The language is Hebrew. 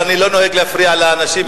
אבל אני לא נוהג להפריע לאנשים,